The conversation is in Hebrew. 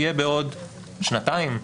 כניסתו לתוקף של סעיף 2 (ג) תהיה בעוד שנתיים,